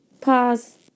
Pause